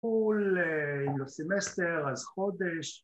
‫פול סמסטר, אז חודש.